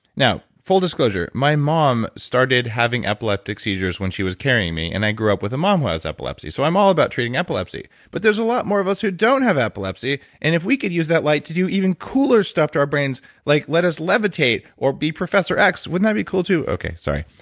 now full disclosure, my mom started having epileptic seizures when she was carrying me, and i grew up with a mom who has epilepsy. so i'm all about treating epilepsy but there's a lot more of us who don't have epilepsy, and if we could use that light to do even cooler stuff to our brains, like let us levitate or be professor x, wouldn't that be cool too? okay, sorry.